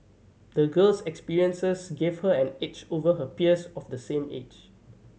the girl's experiences gave her an edge over her peers of the same age